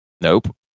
Nope